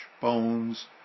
bones